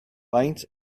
faint